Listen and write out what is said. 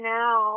now